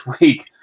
week